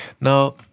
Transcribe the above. Now